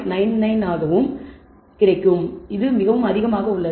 99 ஆகவும் மிகவும் அதிகமாக உள்ளது